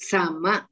Sama